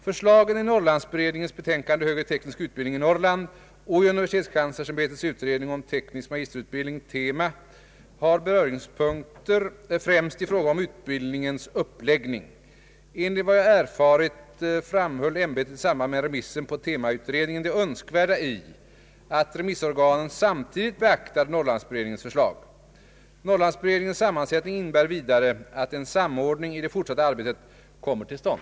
Förslagen i Norrlandsberedningens betänkande Högre teknisk utbildning i Norrland och i universitetskanslersämbetets utredning om teknisk magisterutbildning, TEMA, har beröringspunkter främst i fråga om utbildningens uppläggning. Enligt vad jag erfarit framhöll ämbetet i samband med remissen på TEMA-utredningen det önskvärda i att remissorganen samtidigt beaktade Norrlandsberedningens förslag. Norrlandsberedningens sammansättning innebär vidare att en samordning i det fortsatta arbetet kommer till stånd.